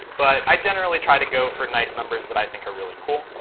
but i generally try to go for nice numbers that i think are really cool,